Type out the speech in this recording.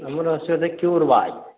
ଆମର ହସ୍ପିଟାଲ୍ରେ ଦେଖିବୁରେ ବା